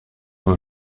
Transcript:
que